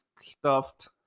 stuffed